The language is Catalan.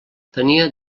tenia